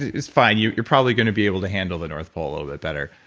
it's fine. you are probably going to be able to handle the north pole ah bit better.